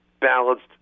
balanced